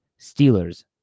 Steelers